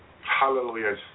Hallelujah